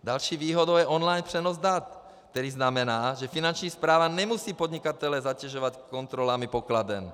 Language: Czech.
Další výhodou je online přenos dat, který znamená, že Finanční správa nemusí podnikatele zatěžovat kontrolami pokladen.